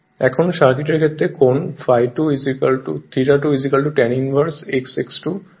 এখন সার্কিটের ফেজ কোণ 2 tan inverse s X 2 r2 হবে